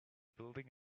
building